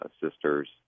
sister's